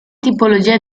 tipologia